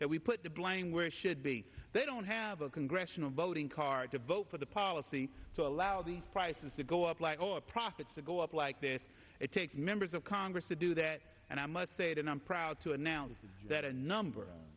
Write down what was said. that we put the blame where it should be they don't have a congressional voting card to vote for the policy to allow these prices to go up profits go up like this it takes members of congress to do that and i must say it and i'm proud to announce that a number